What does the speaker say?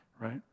right